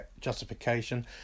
justification